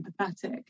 empathetic